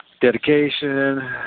Dedication